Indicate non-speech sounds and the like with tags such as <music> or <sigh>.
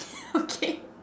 <laughs> okay